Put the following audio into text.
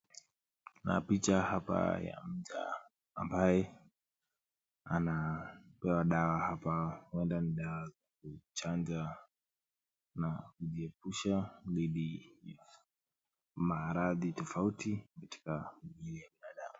Kuna picha hapa ya mja ambaye anapewa hapa dawa wala ni dawa ya kuchanja na kujiepusha dhidi ya maradhi tofauti katika njia mbadala.